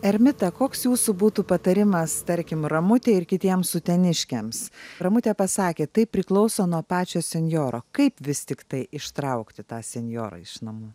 ermita koks jūsų būtų patarimas tarkim ramutei ir kitiems uteniškiams ramutė pasakė tai priklauso nuo pačio senjoro kaip vis tiktai ištraukti tą senjorą iš namų